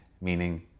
meaning